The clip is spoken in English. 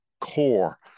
core